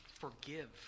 forgive